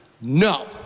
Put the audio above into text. No